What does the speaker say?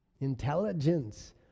intelligence